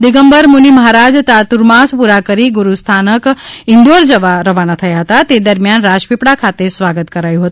દિગંબર મૂનિ મહારાજ યાર્તુમાસ પૂરા કરી ગુરૂ સ્થાનક ઇન્દોર જવા રવાના થયા હતા તે દરમિયાન રાજપીપળા ખાતે સ્વાગત કરાયું હતું